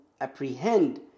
apprehend